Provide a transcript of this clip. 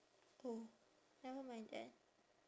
oh never mind then